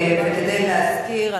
וכדי להזכיר,